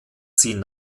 ziehen